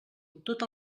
tot